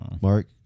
Mark